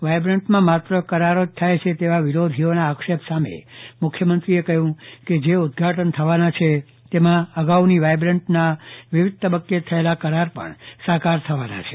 vibrant માં માત્ર કરાર જ થાય છે તેવા વિરોધીઓ ના આક્ષેપ સામે મુખ્યમંત્રી એ કહ્યું કે જે ઉદઘાટન થવાના છે તેમાં અગાઉ ની વાયબ્રન્ટ ના વિવિધ તબક્કે થયેલા કરાર પણ સાકાર થવાના છે